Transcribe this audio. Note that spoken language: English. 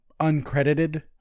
uncredited